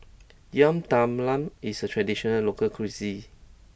Yam Talam is a traditional local cuisine